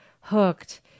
hooked